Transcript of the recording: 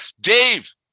Dave